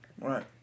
Right